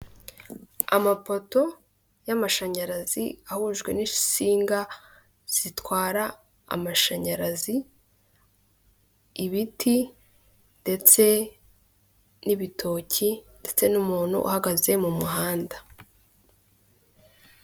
Amapoto y'amashanyarazi ahujwe n'insinga zitwara amashanyarazi; ibiti ndetse n'ibitoki ndetse n'umuntu uhagaze mu muhanda.